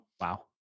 Wow